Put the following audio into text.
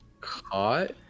caught